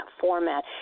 format